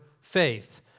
faith